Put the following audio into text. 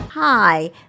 Hi